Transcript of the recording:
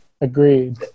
Agreed